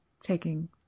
taking